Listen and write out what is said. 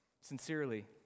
sincerely